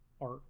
art